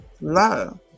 love